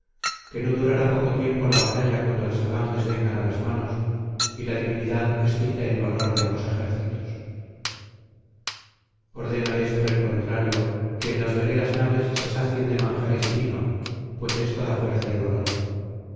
que no durará poco tiempo la batalla cuando las falanges vengan á las manos y la divinidad excite el valor de ambos ejércitos ordénales por el contrario que en las veleras naves se sacien de manjares y vino pues esto da fuerza y valor